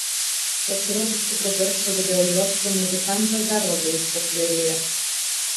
pasirodžius tikro garso videojuostai muzikantas dar labiau išpopuliarėjo